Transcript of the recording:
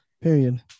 Period